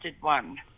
one